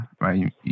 right